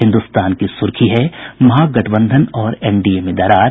हिन्दुस्तान की सुर्खी है महागठबंधन और एनडीए में दरार